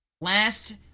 Last